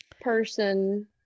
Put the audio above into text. person